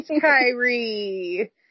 Kyrie